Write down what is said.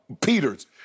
Peters